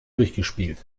durchgespielt